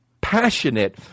passionate